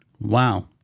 Wow